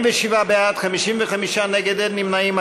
47 בעד, 55 נגד, אין נמנעים.